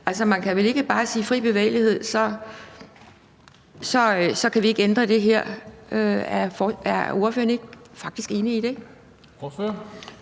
Man kan vel ikke bare sige, at på grund af fri bevægelighed kan vi ikke ændre det her. Er ordføreren ikke enig i det?